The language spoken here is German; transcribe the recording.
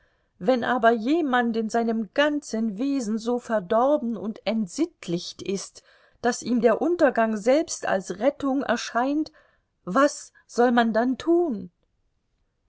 wenn aber jemand in seinem ganzen wesen so verdorben und entsittlicht ist daß ihm der untergang selbst als rettung erscheint was soll man dann tun